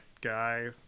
guy